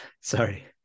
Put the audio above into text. sorry